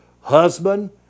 husband